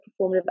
performative